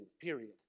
period